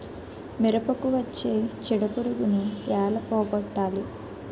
మిరపకు వచ్చే చిడపురుగును ఏల పోగొట్టాలి?